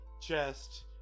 chest